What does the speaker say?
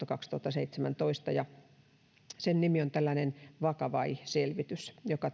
kaksituhattaseitsemäntoista ja sen nimi on tällainen vakavai selvitys joka